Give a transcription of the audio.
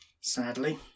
Sadly